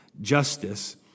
Justice